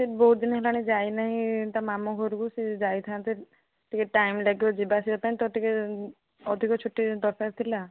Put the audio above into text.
ସେ ବହୁତ ଦିନ ହେଲାଣି ଯାଇନାହିଁ ତା ମାମୁଁ ଘରକୁ ସେ ଯାଇଥାନ୍ତା ଟିକେ ଟାଇମ୍ ଲାଗିବ ଯିବା ଆସିବା ପାଇଁ ତ ଟିକେ ଅଧିକ ଛୁଟି ଦରକାର ଥିଲା